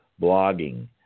blogging